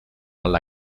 alla